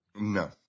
No